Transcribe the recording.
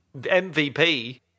MVP